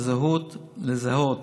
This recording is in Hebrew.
לזהות